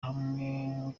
hamwe